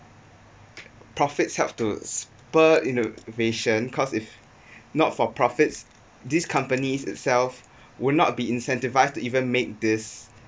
profits helps to spur innovation because if not for profits these companies itself would not be incentivised to even make this